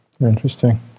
Interesting